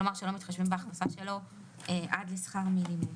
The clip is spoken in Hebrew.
כלומר שלא מתחשבים בהכנסה שלו עד לשכר מינימום.